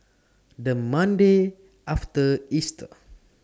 The Monday after Easter